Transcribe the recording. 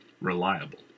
reliable